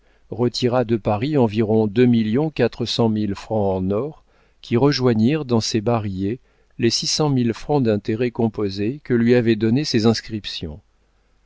retira de paris environ deux millions quatre cent mille francs en or qui rejoignirent dans ses barillets les six cent mille francs d'intérêts composés que lui avaient donnés ses inscriptions